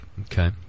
Okay